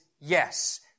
Yes